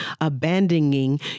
abandoning